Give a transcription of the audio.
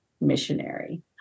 missionary